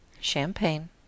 Champagne